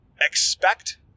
expect